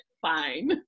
fine